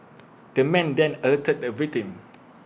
the man then alerted the victim